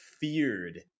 feared